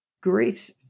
grief